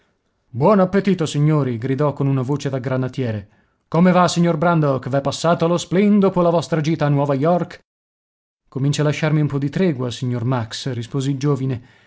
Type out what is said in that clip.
buon appetito signori gridò con una voce da granatiere come va signor brandok v'è passato lo spleen dopo la vostra gita a nuova york comincia a lasciarmi un po di tregua signor max rispose il giovine